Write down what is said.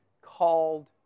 called